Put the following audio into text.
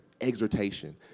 Exhortation